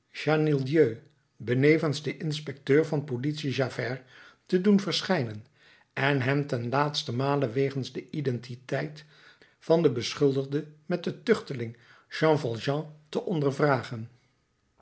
benevens den inspecteur van politie javert te doen verschijnen en hen ten laatste male wegens de identiteit van den beschuldigde met den tuchteling jean valjean te